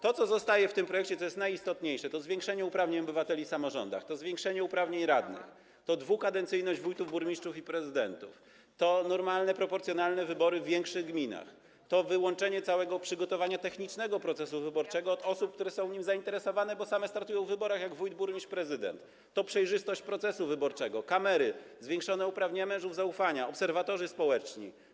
To, co zostaje w tym projekcie, co jest najistotniejsze, to zwiększenie uprawnień obywateli w samorządach, to zwiększenie uprawnień radnych, to dwukadencyjność wójtów, burmistrzów i prezydentów, to normalne, proporcjonalne wybory w większych gminach, to wyłączenie z całego przygotowania technicznego procesu wyborczego osób, które są nim zainteresowane, bo same startują w wyborach, takich jak: wójt, burmistrz, prezydent, to przejrzystość procesu wyborczego, kamery, zwiększone uprawnienia mężów zaufania, obserwatorzy społeczni.